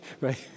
right